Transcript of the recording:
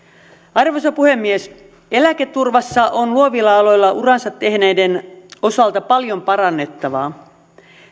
arvoisa puhemies eläketurvassa on luovilla aloilla uransa tehneiden osalta paljon parannettavaa